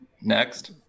next